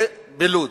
זה בלוד,